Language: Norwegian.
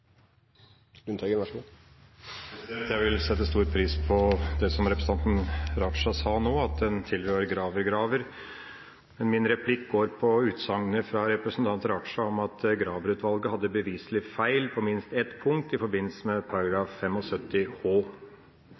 Raja sa nå, at man tilhører Graver–Graver. Men min replikk angår utsagnet fra representanten Raja om at Graver-utvalget hadde en beviselig feil på minst ett punkt, i forbindelse med